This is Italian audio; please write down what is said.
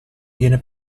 viene